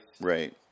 Right